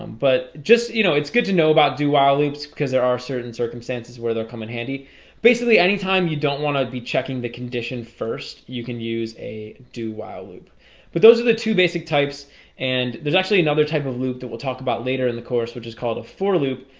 um but just you know, it's good to know about do-while loops because there are certain circumstances where they'll come in handy basically any time you don't want to be checking the condition first, you can use a do-while loop but those are the two basic types and there's actually another type of loop that we'll talk about later in the course which is called a for loop,